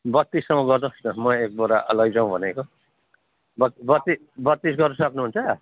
बत्तिससम्म गर्नुहोस् न म एक बोरा लैजाउँ भनेको ब बत्तिस बत्तिस गर्नु सक्नुहुन्छ